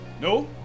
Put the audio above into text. No